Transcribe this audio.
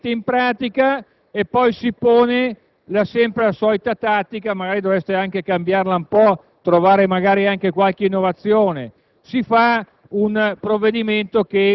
anche questo provvedimento, non lo si mette in pratica e poi si pone in atto sempre la solita tattica (magari dovreste anche cambiarla un po' e tentare qualche innovazione),